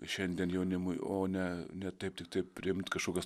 šiandien jaunimui o ne ne taip tiktai priimt kažkokias